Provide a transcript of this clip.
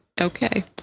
Okay